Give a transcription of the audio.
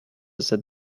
that